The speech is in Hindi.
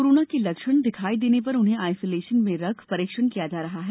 कोरोना के लक्षण दिखाई देने पर उन्हें आइसोलेशन में रख परीक्षण किया जा रहा है